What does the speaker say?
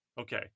Okay